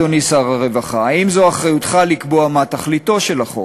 אדוני שר הרווחה: האם זו אחריותך לקבוע מה תכליתו של החוק?